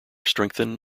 strengthen